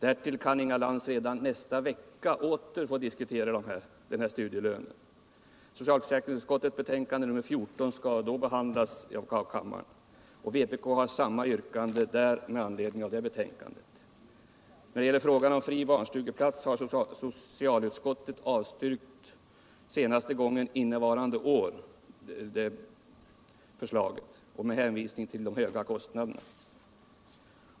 Dessutom kan Inga Lantz redan nästa vecka åter få diskutera frågan om studielönen, då socialförsäkringsutskottets betänkande nr 14 behand las i kammaren. Vpk har ju samma yrkande i det betänkandet. Vad gäller frågan om fri barnstugeplats så avstyrkte socialutskottet senast innevarande år vpk:s förslag med hänvisning till de höga kostnaderna.